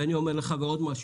ועוד משהו,